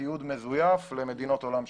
בתיעוד מזויף למדינות עולם שלישי.